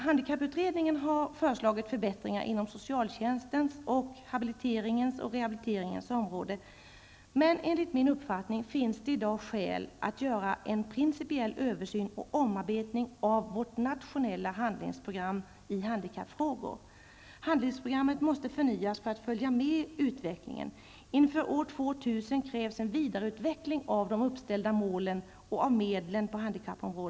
Handikapputredningen har föreslagit förbättringar inom socialtjänstens område samt inom habiliterings-/rehabiliteringsområdet. Men enligt min uppfattning finns det i dag skäl att göra en principiell översyn och omarbetning av vårt nationella handlingsprogram för handikappfrågor. Handlingsprogrammet måste förnyas för att kunna följa med utvecklingen. Inför år 2000 krävs det en vidareutveckling beträffande uppsatta mål och medlen på handikappområdet.